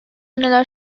neler